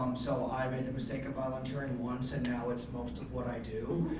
um so i made the mistake of volunteering once and now it's most of what i do.